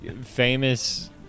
famous